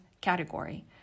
category